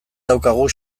daukagu